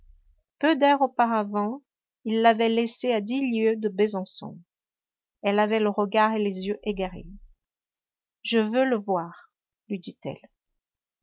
peu d'heures auparavant il l'avait laissée à dix lieues de besançon elle avait le regard et les yeux égarés je veux le voir lui dit-elle